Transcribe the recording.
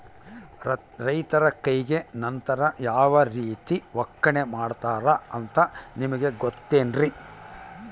ರೈತರ ಕೈಗೆ ನಂತರ ಯಾವ ರೇತಿ ಒಕ್ಕಣೆ ಮಾಡ್ತಾರೆ ಅಂತ ನಿಮಗೆ ಗೊತ್ತೇನ್ರಿ?